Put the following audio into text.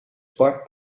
bart